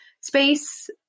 space